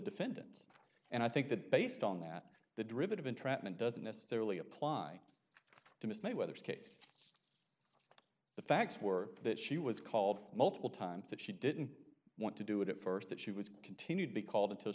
defendants and i think that based on that the derivative entrapment doesn't necessarily apply to mislay whether it's case the facts were that she was called multiple times that she didn't want to do it at st that she was continued be called until